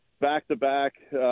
back-to-back